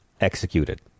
executed